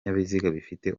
bifite